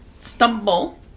stumble